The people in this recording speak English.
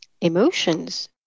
emotions